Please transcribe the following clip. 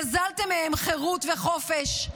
גזלתם מהם חירות וחופש.